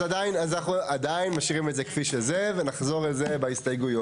אז אנחנו עדיין משאירים את זה כפי שזה ונחזור לזה בהסתייגויות.